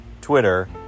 Twitter